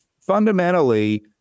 fundamentally